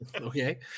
Okay